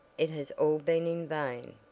it has all been in vain.